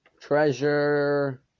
treasure